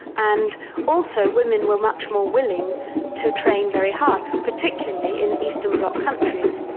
and also women were much more willing to train very hard, particularly in eastern bloc countries.